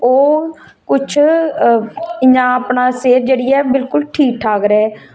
ओह् कुछ इयां अपना सेहत जेहड़ी ऐ बिल्कुल ठीक ठाक रहे